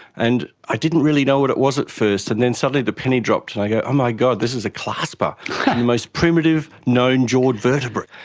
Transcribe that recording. and i didn't really know what it was at first and then suddenly the penny dropped and i go, oh my god, this is a clasper on the most primitive known jawed vertebrate.